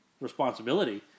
responsibility